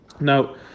Now